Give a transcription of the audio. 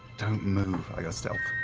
don't move. i go stealth.